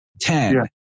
ten